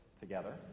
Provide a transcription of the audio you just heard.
together